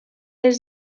els